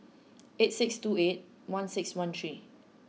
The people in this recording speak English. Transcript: eight six two eight one six one three